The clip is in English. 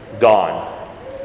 gone